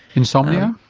insomnia?